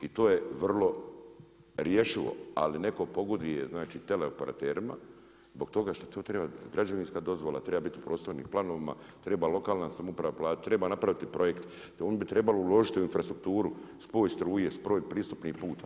I to je vrlo rješivo, ali neko pogoduje teleoperaterima zbog toga što treba građevinska dozvola, treba biti u prostornim planovima, treba lokalna samouprava platiti, treba napraviti projekt, oni bi trebali uložiti u infrastrukturu spoj struje, spoj pristupnih puteva.